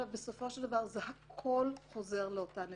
בסופו של דבר הכול חוזר לאותה נקודה,